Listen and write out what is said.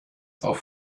auf